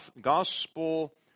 gospel